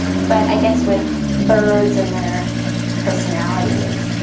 but i guess with birds and their personalities,